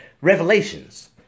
revelations